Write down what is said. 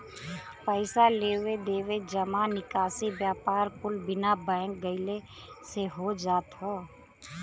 पइसा लेवे देवे, जमा निकासी, व्यापार कुल बिना बैंक गइले से हो जात हौ